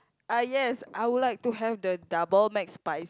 ah yes I would like to have the double McSpicy